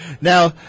Now